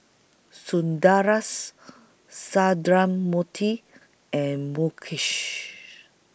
Sundaresh Sundramoorthy and Mukesh